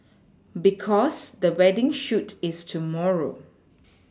because the wedding shoot is tomorrow